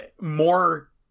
more